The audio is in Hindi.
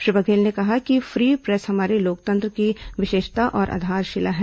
श्री बघेल ने कहा कि फ्री प्रेस हमारे लोकतंत्र की विशेषता और आधारशिला है